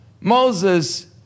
Moses